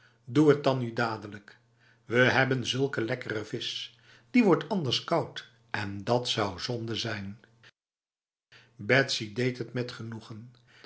doe het dan nu dadelijk we hebben zulke lekkere vis die wordt anders koud en dat zou zonde zijn betsy deed het met genoegen